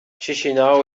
chișinău